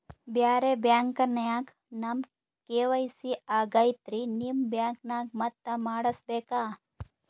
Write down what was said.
ಬ್ಯಾರೆ ಬ್ಯಾಂಕ ನ್ಯಾಗ ನಮ್ ಕೆ.ವೈ.ಸಿ ಆಗೈತ್ರಿ ನಿಮ್ ಬ್ಯಾಂಕನಾಗ ಮತ್ತ ಮಾಡಸ್ ಬೇಕ?